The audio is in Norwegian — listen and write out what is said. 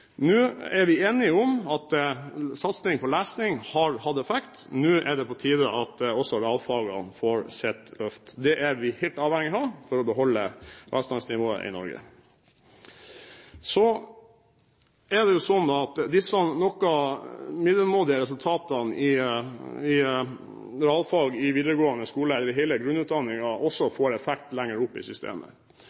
Nå er vi enige om at satsing på lesing har hatt effekt. Nå er det på tide at også realfagene får sitt løft. Det er vi helt avhengig av for å beholde velferdsnivået i Norge. Så er det jo sånn at disse noe middelmådige resultatene i realfag i videregående skole, eller i hele grunnutdanningen, også får effekt lenger oppe i systemet.